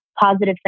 positive